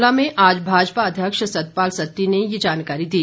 शिमला में आज भाजपा अध्यक्ष सतपाल सत्ती ने ये जानकारी दी